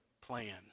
plan